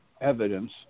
evidence